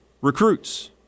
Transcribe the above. recruits